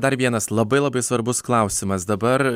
dar vienas labai labai svarbus klausimas dabar